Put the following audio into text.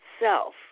self